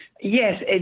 Yes